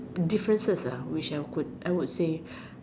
differences ah what I could I would say